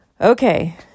okay